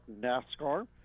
NASCAR